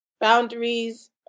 boundaries